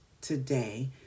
today